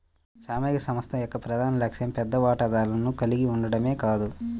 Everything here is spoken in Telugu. సామాజిక సంస్థ యొక్క ప్రధాన లక్ష్యం పెద్ద వాటాదారులను కలిగి ఉండటమే కాదు